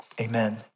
Amen